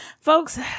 folks